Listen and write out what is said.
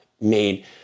made